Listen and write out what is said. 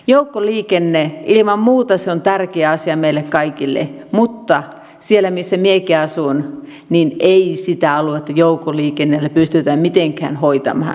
joukkoliikenne ilman muuta on tärkeä asia meille kaikille mutta siellä missä minäkin asun ei sitä aluetta joukkoliikenteellä pystytä mitenkään hoitamaan